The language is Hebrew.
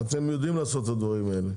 אתם יודעים לעשות את הדברים האלה.